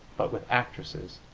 but with actresses